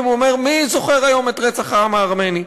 הוא אומר: מי זוכר היום את רצח העם הארמני?